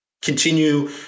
continue